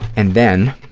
and then,